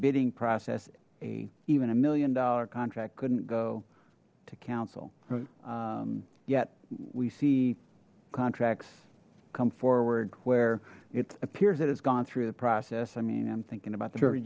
bidding process a even a million dollar contract couldn't go to council yet we see contracts come forward where it appears that it's gone through the process i mean i'm thinking about